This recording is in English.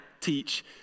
teach